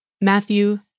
Matthew